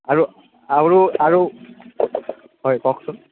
আৰু আৰু আৰু হয় কওকচোন